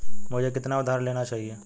मुझे कितना उधार लेना चाहिए?